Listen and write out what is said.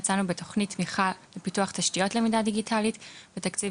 יצאנו בתכנית תמיכה לפיתוח תשתיות למידה דיגיטלית ותקציב